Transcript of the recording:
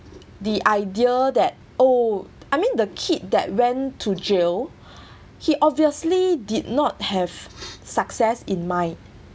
the idea that oh I mean the kid that went to jail he obviously did not have success in mind